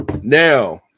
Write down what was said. Now